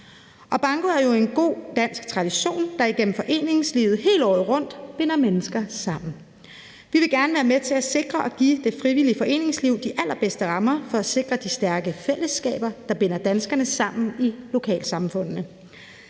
Banko er jo en god dansk tradition, der igennem foreningslivet hele året rundt binder mennesker sammen. Vi vil gerne være med til at sikre at give det frivillige foreningsliv de allerbedste rammer for at sikre de stærke fællesskaber, der binder danskerne sammen i lokalsamfundene.